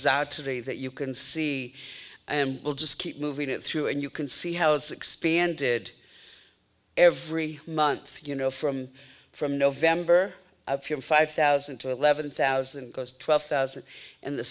zod today that you can see and we'll just keep moving it through and you can see how it's expanded every month you know from from november five thousand to eleven thousand coast twelve thousand and the